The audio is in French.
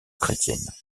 chrétiennes